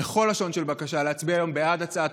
בכל לשון של בקשה להצביע היום בעד הצעת